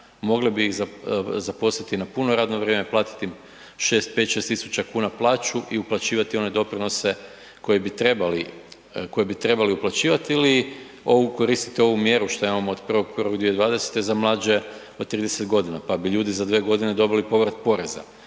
mogli bi ih zaposliti na puno radno vrijeme, platiti im 5, 6 tisuća kuna plaću i uplaćivati one doprinose koje bi trebali, koje bi trebali uplaćivati ili ovu, koristiti ovu mjeru što imamo od 1.1.2020. za mlađe od 30 godina pa bi ljudi za 2 godine dobili povrat poreza.